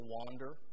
wander